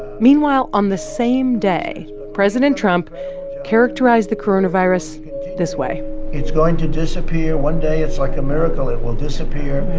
meanwhile, on the same day, president trump characterized the coronavirus this way it's going to disappear one day. it's like a miracle. it will disappear.